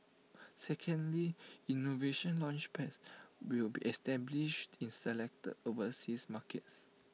secondly innovation Launchpads will be established in selected overseas markets